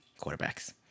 quarterbacks